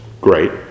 great